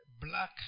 black